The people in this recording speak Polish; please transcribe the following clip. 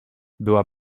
była